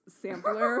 sampler